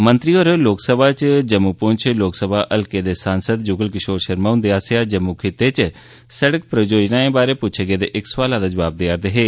मंत्री होर लोक सभा च जम्मू पुंछ लोकसभा हल्के दे सांसद जुगल किशोर शर्मा हुंदे आस्सेआ जम्मू खित्ते च सड़क परियोजनायें बारै पुच्छे गेदे इक सोआलै दा जबाव देआ'रदे हे